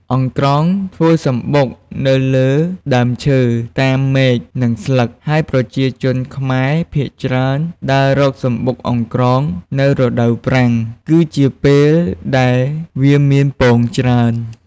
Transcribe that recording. ចំពោះសត្វអង្រ្កងវិញ វាមានរសជាតិជូរ ប៉ុន្តែអាចបរិភោគបាន និងមានរសជាតិឆ្ងាញ់ថែមទៀតផង លើសពីនេះប្រជាជនខ្មែរចាត់ទុកថាវាជាម្ហូបប្រពៃណីមួយបែប។